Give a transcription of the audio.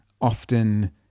often